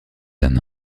d’un